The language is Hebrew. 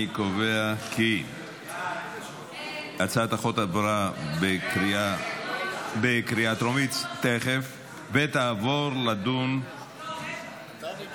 אני קובע כי הצעת החוק עברה בקריאה טרומית ותעבור לדון --- רגע.